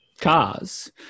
cars